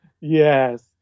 Yes